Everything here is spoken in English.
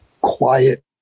quiet